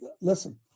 listen